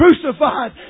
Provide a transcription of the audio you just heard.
crucified